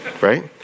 Right